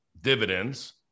dividends